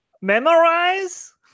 Memorize